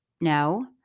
no